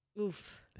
Oof